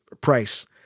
price –